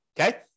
okay